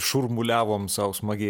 šurmuliavom sau smagiai